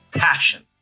passion